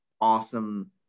awesome